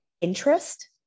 interest